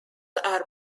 are